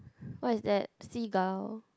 what is that seagull